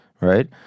right